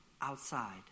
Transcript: outside